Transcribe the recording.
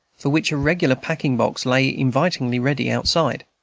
for which a regular packing-box lay invitingly ready outside.